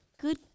good